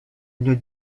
une